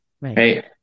Right